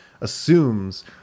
assumes